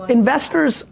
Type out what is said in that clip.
investors